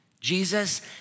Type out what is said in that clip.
Jesus